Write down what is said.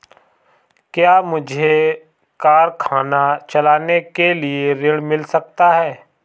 क्या मुझे कारखाना चलाने के लिए ऋण मिल सकता है?